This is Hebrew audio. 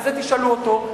ואת זה תשאלו אותו,